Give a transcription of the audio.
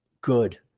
good